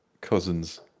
cousins